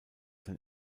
sein